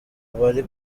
abari